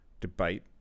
debate